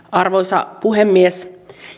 arvoisa puhemies